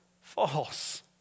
False